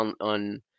on